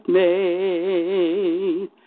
made